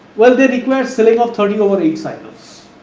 well they request ceiling of thirty over eight cycles